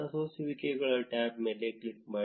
ಸೋಸುವಿಕೆಗಳ tab ಮೇಲೆ click ಮಾಡಿ